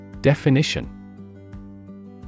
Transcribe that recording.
Definition